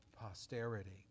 posterity